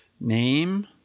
Name